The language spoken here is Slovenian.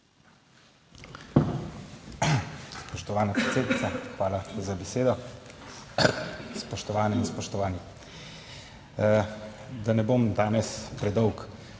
Spoštovana predsednica, hvala za besedo. Spoštovane in spoštovani. Da ne bom danes predolg,